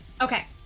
Okay